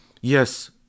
Yes